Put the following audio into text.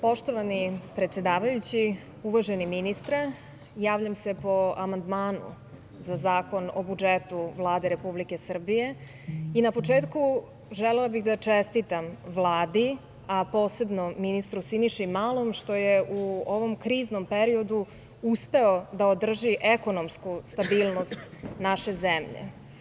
Poštovani predsedavajući, uvaženi ministre, javljam se po amandmanu za Zakon o budžetu Vlade Republike Srbije i na početku želela bih da čestitam Vladi, a posebno ministru Siniši Malom što je u ovom kriznom periodu uspeo da održi ekonomsku stabilnost naše zemlje.